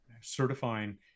certifying